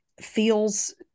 feels